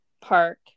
park